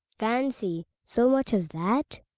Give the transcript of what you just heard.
fancy! so much as that?